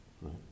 Right